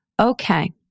Okay